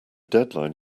deadline